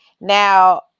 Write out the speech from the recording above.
Now